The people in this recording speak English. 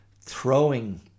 throwing